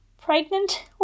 pregnant